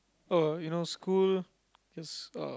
uh you know school is uh